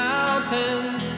Mountains